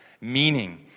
meaning